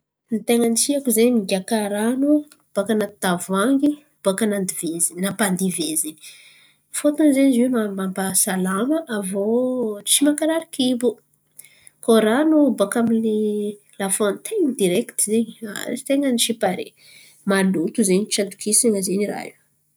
Ny tain̈a ny tiako zen̈y migiaka ran̈o baka anaty tavoangy baka nandivezin̈y baka nampadivezin̈y. Fôtiny zo zen̈y mampasalama aviô tsy mankarary kibo koa ran̈o baka amin’ny lafontainy direkity zen̈y ah tain̈a ny tsy pare maloto zen̈y tsy atokisan̈a zen̈y zo.